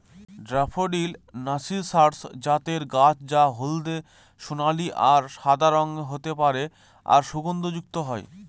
daffodil narcissus জাতের গাছ যা হলদে সোনালী আর সাদা রঙের হতে পারে আর সুগন্ধযুক্ত হয়